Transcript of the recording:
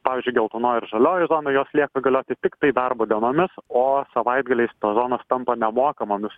pavyzdžiui geltonoji ir žalioji zona jos lieka galioti tiktai darbo dienomis o savaitgaliais tos zonos tampa nemokamomis